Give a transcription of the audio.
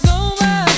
over